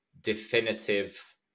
definitive